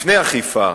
לפני אכיפה.